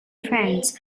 friends